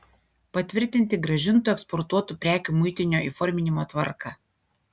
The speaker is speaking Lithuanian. patvirtinti grąžintų eksportuotų prekių muitinio įforminimo tvarką